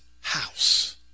house